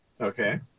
Okay